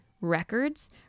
records